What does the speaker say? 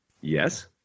Yes